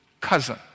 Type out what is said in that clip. cousin